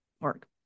work